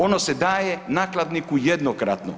Ono se daje nakladniku jednokratno.